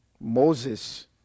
Moses